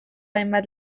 hainbat